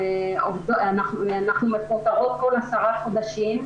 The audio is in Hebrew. אנחנו מפוטרות כל עשרה חודשים,